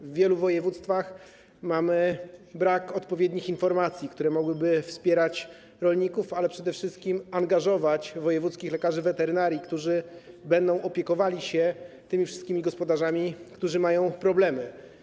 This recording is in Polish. W wielu województwach mamy brak odpowiednich informacji, które mogłyby wspierać rolników, ale przede wszystkim angażować wojewódzkich lekarzy weterynarii, którzy będą opiekowali się tymi wszystkimi gospodarzami, którzy mają problemy.